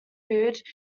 food